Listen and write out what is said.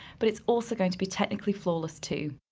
but it's also going to be technically flawless too.